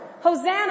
Hosanna